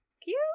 cute